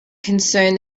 concerned